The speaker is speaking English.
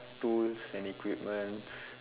tools and equipments